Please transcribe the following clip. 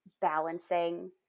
balancing